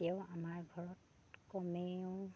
আৰু আমাৰ ঘৰত কমেও